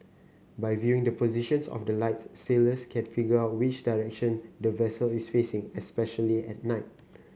by viewing the positions of the lights sailors can figure out which direction the vessel is facing especially at night